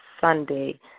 Sunday